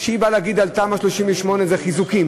שבאה להגיד על תמ"א 38 שזה חיזוקים,